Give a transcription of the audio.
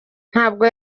ntabwo